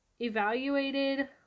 evaluated